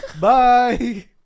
Bye